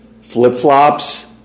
flip-flops